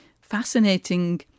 fascinating